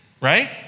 right